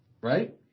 Right